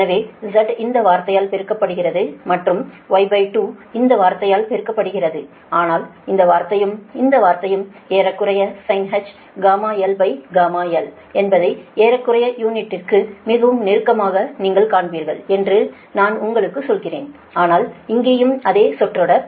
எனவே Z இந்த வார்த்தையால் பெருக்கப்படுகிறது மற்றும் Y2 இந்த வார்த்தையால் பெருக்கப்படுகிறது ஆனால் இந்த வார்த்தையும் இந்த வார்த்தையும் ஏறக்குறைய sinh γl γl என்பதை ஏறக்குறைய யூனிட்டிக்கு மிகவும் நெருக்கமாக நீங்கள் காண்பீர்கள் என்று நான் உங்களுக்கு சொல்கிறேன் ஆனால் இங்கேயும் அதே சொற்றொடர்